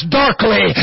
darkly